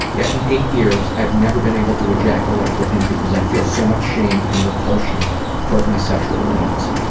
yet in eight years i've never been able to ejaculate with him because i feel so much shame and repulsion towards my sexual needs.